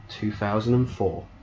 2004